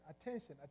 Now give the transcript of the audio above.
attention